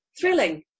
thrilling